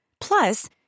Plus